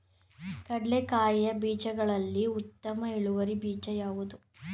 ಕಡ್ಲೆಕಾಯಿಯ ಬೀಜಗಳಲ್ಲಿ ಉತ್ತಮ ಇಳುವರಿ ಬೀಜ ಯಾವುದು?